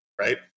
right